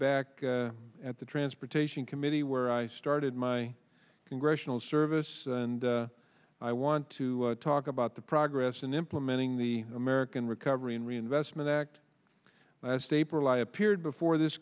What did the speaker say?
back at the transportation committee where i started my congressional service and i want to talk about the progress in implementing the american recovery and reinvestment act last april i appeared before this